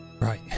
Right